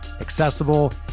accessible